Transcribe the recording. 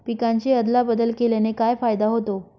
पिकांची अदला बदल केल्याने काय फायदा होतो?